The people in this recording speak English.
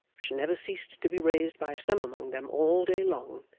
which never ceased to be raised by some among them all day long,